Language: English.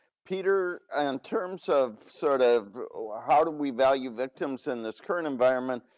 peter, and terms of sort of how do we value victims in this current environment.